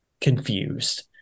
confused